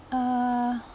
uh